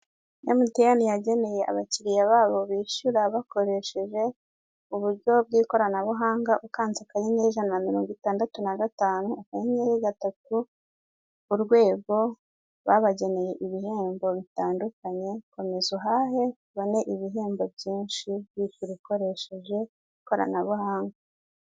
Emutiyeni yageneye abakiriya babo, bishyura bakoresheje uburyo bwabo bw'ikoranabuhanga. Ukanze akanyenyeri ijana na mirongo itandatu na gatanu, akanyenyeri gatatu urwego, babageneye ibihembo bitandukanye. Komeza uhahe ubone ibihembo byinshi, winshyure ukoresheje ikoranabuhanga.